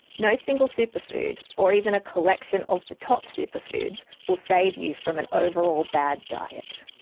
no single superfood, or even a collection of the top superfoods, will save you from an overall bad diet.